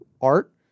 art